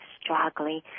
struggling